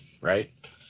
right